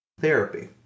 therapy